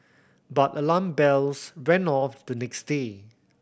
but alarm bells went off the next day